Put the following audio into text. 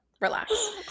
relax